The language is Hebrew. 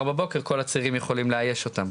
בבוקר כל הצעירים יכולים לאייש אותן.